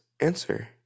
answer